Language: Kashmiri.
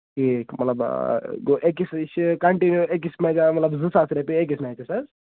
ٹھیٖک مطلب گوٚو أکِس چھِ کِنٹِنیو أکِس مطلب زٕ ساس رۄپیہِ أکِس میچَس حظ